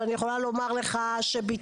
אבל אני יכולה לומר לך שבתי,